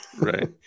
Right